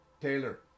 Taylor